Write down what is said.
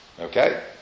Okay